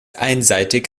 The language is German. einseitig